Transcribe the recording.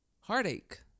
heartache